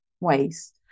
ways